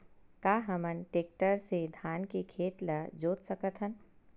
का हमन टेक्टर से धान के खेत ल जोत सकथन?